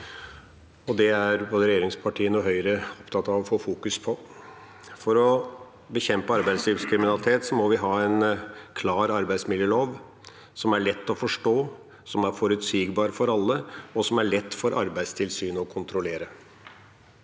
det er både regjeringspartiene og Høyre opptatt av å fokusere på. For å bekjempe arbeidslivskriminalitet må vi ha en klar arbeidsmiljølov som er lett å forstå, som er forut sigbar for alle, og som er lett for Arbeidstilsynet å kontrollere.